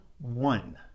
one